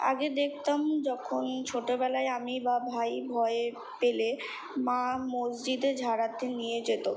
আগে দেখতাম যখন ছোটবেলায় আমি বা ভাই ভয় পেলে মা মসজিদে ঝাড়াতে নিয়ে যেত